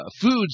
foods